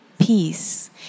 peace